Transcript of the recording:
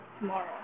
tomorrow